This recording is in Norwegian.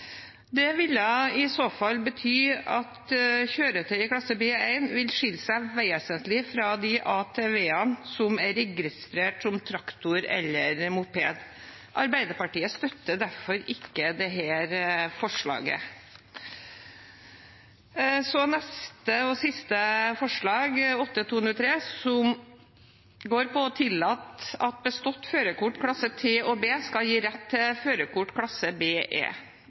vil skille seg vesentlig fra de ATV-ene som er registrert som traktor eller moped. Arbeiderpartiet støtter derfor ikke dette forslaget. Så til det siste forslaget, Dokument 8:203 S for 2020–2021, som går på å tillate at bestått førerkort klasse T og B skal gi rett til førerkort klasse